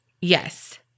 Yes